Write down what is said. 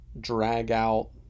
drag-out